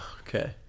Okay